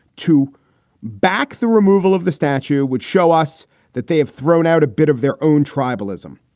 to back the removal of the statue would show us that they have thrown out a bit of their own tribalism.